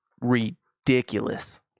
ridiculous